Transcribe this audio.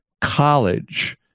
college